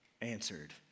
answered